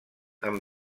amb